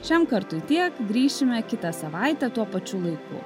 šiam kartui tiek grįšime kitą savaitę tuo pačiu laiku